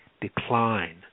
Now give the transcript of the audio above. decline